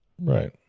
Right